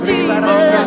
Jesus